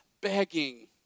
begging